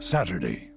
Saturday